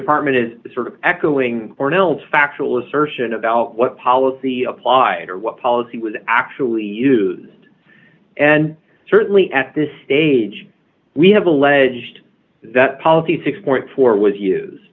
department is sort of echoing cornell's factual assertion about what policy applied or what policy was actually used and certainly at this stage we have alleged that policy six four was use